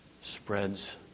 spreads